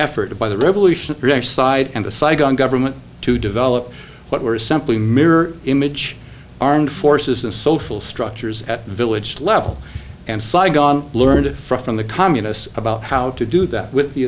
effort by the revolution react side and the saigon government to develop what were simply mirror image armed forces of social structures at village level and saigon learned from the communists about how to do that with the